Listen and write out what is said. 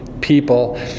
people